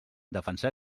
defensar